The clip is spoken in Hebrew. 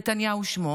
נתניהו שמו.